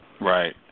Right